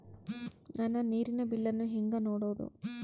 ನನ್ನ ನೇರಿನ ಬಿಲ್ಲನ್ನು ಹೆಂಗ ನೋಡದು?